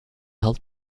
helped